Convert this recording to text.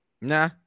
Nah